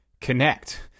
connect